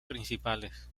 principales